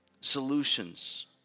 solutions